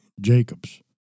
Jacobs